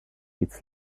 its